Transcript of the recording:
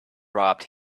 rubbed